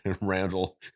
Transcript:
Randall